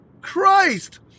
Christ